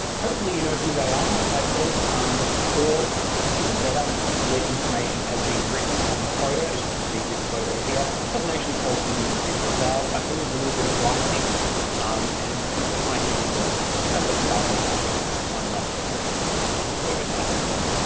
hopefully you know who they are um as i said um or even better the information has been written on the photo, as you can see, this photo here. doesn't actually tell us who the individuals are but there is a little bit of writing and it might give us a kind of starting point to find out where where we're starting from.